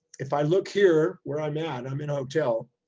if i look here where i'm at, i'm in a hotel.